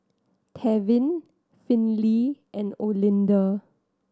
Tevin Finley and Olinda